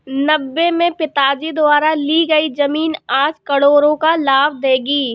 नब्बे में पिताजी द्वारा ली हुई जमीन आज करोड़ों का लाभ देगी